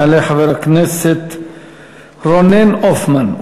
יעלה חבר הכנסת רונן הופמן,